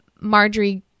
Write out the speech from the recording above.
Marjorie